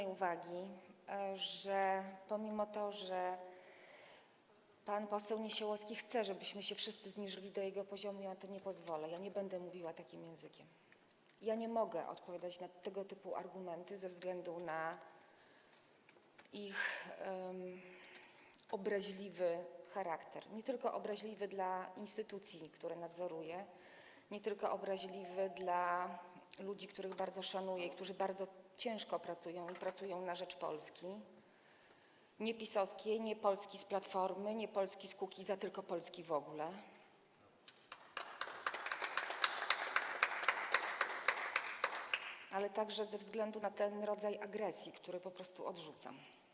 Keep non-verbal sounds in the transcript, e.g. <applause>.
Ja nie mogę odpowiadać na tego typu argumenty ze względu na ich obraźliwy charakter - nie tylko obraźliwy dla instytucji, które nadzoruję, nie tylko obraźliwy dla ludzi, których bardzo szanuję i którzy bardzo ciężko pracują i pracują na rzecz Polski, nie PiS-owskiej, nie Polski z Platformy, nie Polski z Kukiza, tylko Polski w ogóle <applause> - ale także ze względu na ten rodzaj agresji, który po prostu odrzucam.